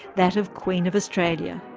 that of queen of australia.